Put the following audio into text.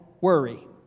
worry